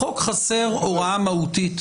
החוק חסר הוראה מהותית